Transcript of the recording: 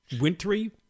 wintry